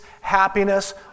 happiness